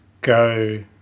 go